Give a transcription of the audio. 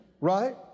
Right